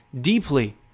deeply